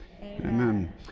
Amen